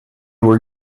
were